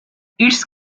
its